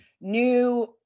new